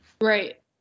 Right